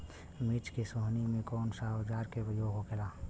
मिर्च के सोहनी में कौन सा औजार के प्रयोग होखेला?